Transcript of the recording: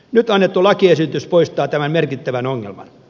nyt annettu lakiesitys poistaa tämän merkittävän ongelman